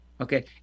okay